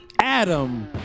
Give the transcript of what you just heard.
Adam